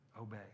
obey